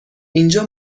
اینجا